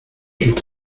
sus